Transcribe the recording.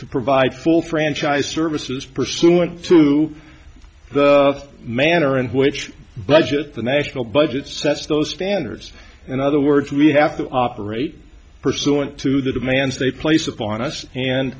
to provide full franchise services pursuant to the manner in which budget the national budget sets those standards in other words we have to operate pursuant to the demands they place upon us and